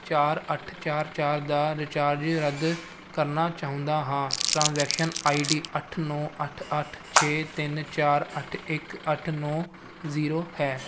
ਚਾਰ ਅੱਠ ਚਾਰ ਚਾਰ ਦਾ ਰੀਚਾਰਜ ਰੱਦ ਕਰਨਾ ਚਾਹੁੰਦਾ ਹਾਂ ਟ੍ਰਾਂਜੈਕਸ਼ਨ ਆਈ ਡੀ ਅੱਠ ਨੌਂ ਅੱਠ ਅੱਠ ਛੇ ਤਿੰਨ ਚਾਰ ਅੱਠ ਇੱਕ ਅੱਠ ਨੌਂ ਜ਼ੀਰੋ ਹੈ